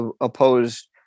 opposed